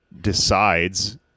decides